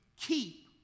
keep